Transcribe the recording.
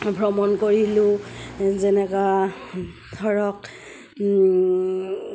ভ্ৰমণ কৰিলোঁ যেনেকৈ ধৰক